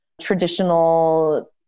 traditional